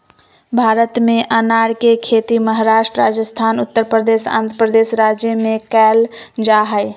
भारत में अनार के खेती महाराष्ट्र, राजस्थान, उत्तरप्रदेश, आंध्रप्रदेश राज्य में कैल जा हई